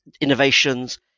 innovations